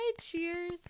cheers